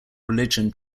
religion